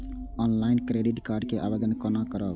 Online credit card के आवेदन कोना करब?